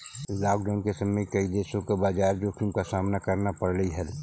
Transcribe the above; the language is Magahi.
लॉकडाउन के समय कई देशों को बाजार जोखिम का सामना करना पड़लई हल